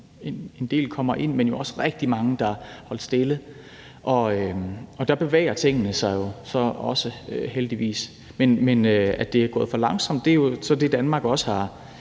en del ind – der er jo også rigtig mange, der holdt stille – og der bevæger tingene sig jo også heldigvis. Men at det er gået for langsomt er jo så det, Danmark også har